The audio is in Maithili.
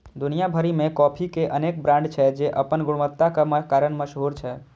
दुनिया भरि मे कॉफी के अनेक ब्रांड छै, जे अपन गुणवत्ताक कारण मशहूर छै